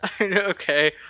okay